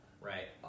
right